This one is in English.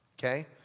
Okay